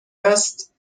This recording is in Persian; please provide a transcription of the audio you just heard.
است